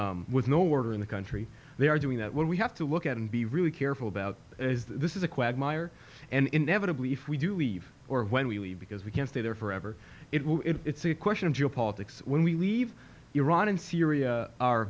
the with no order in the country they are doing that when we have to look at and be really careful about this is a quagmire and inevitably if we do leave or when we leave because we can't stay there forever it will it's a question of geopolitics when we leave iran and syria are